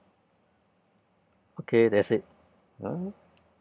okay that's it mm